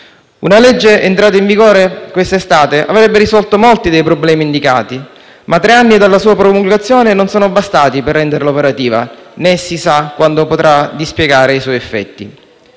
Una legge entrata in vigore questa estate avrebbe risolto molti dei problemi indicati, ma tre anni dalla sua approvazione non sono bastati per renderla operativa, né si sa quando potrà dispiegare i suoi effetti.